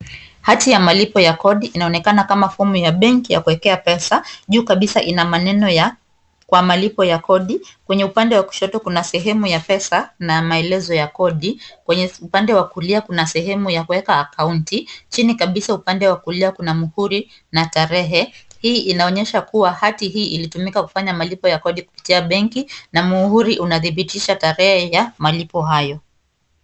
Hati ya malipo ya kodi inaonekana kama fomu ya benki ya kuwekea pesa, juu kabisa ina maneno ya kwa malipo ya kodi, kwenye upande wa kushoto kuna sehemu ya pesa na maelezo ya kodi. Kwenye upande wa kulia kuna sehemu ya kuweka akaunti. Chini kabisa upande wa kulia kuna mhuri na tarehe. Hii inaonyesha kuwa hati hii ilitumika kufanya malipo ya kodi kupitia benki na mhuri unadhibitisha tarehe ya malipo hayo.